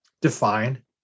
define